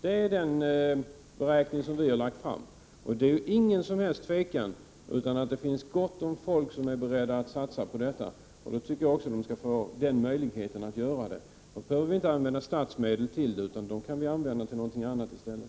Det är den beräkning som vi har lagt fram, och det är inget som helst tvivel om att det finns gott om folk som är beredda att satsa på detta. Då tycker jag att de också skall få möjlighet att göra det. Vi behöver inte använda statsmedel till den här förbindelsen, utan dem kan vi använda till någonting annat i stället.